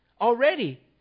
already